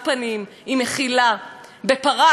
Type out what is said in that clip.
בפרס, כשלנשים האמידות